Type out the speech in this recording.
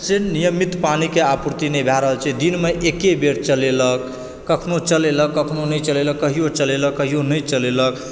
से नियमित पानि के आपूर्ति नहि भए रहल छै दिनमे एके बेर चलेलक कखनो चलेलक कखनो नहि चलेलक कहियो चलेलक कहियो नहि चलेलक